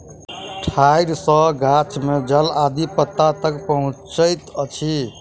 ठाइड़ सॅ गाछ में जल आदि पत्ता तक पहुँचैत अछि